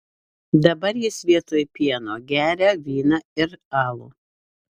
dabar jis vietoj pieno geria vyną ir alų